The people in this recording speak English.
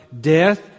death